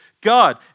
God